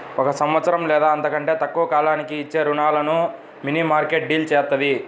ఒక సంవత్సరం లేదా అంతకంటే తక్కువ కాలానికి ఇచ్చే రుణాలను మనీమార్కెట్ డీల్ చేత్తది